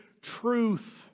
truth